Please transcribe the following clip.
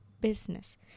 business